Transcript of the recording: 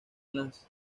las